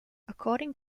according